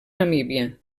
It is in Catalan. namíbia